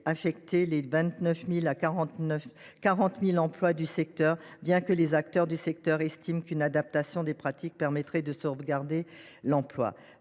affecter les quelque 29 000 à 40 000 emplois du secteur, même si les acteurs concernés estiment qu’une adaptation des pratiques permettrait de sauvegarder l’emploi.